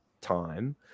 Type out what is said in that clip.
time